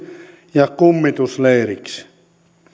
ja kummitusleiriksi